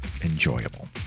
enjoyable